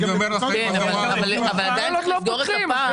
אני אומר --- אבל עוד לא פותחים.